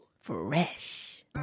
fresh